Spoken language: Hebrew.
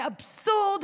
זה אבסורד,